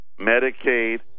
Medicaid